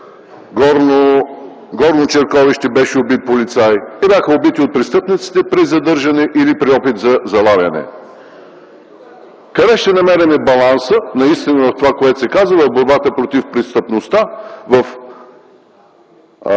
Енина–Горно Черковище беше убит полицай. Те бяха убити от престъпниците при задържане или при опит за залавяне. Къде ще намерим баланса наистина в това, което се казва: в борбата против престъпността, във